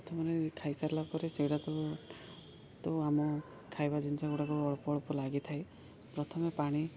ପ୍ରଥମେ ଖାଇସାରିଲା ପରେ ସେଇଟାତ ତ ଆମ ଖାଇବା ଜିନିଷ ଗୁଡ଼ାକ ଅଳ୍ପ ଅଳ୍ପ ଲାଗିଥାଏ ପ୍ରଥମେ ପାଣି